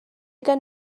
gen